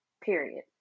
period